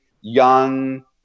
young